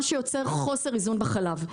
מה שיוצר חוסר איזון בחלב.